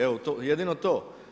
Evo, jedino to.